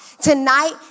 Tonight